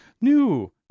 new